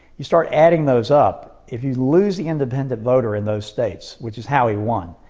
you start adding those up, if you lose the independent voter in those states, which is how he won,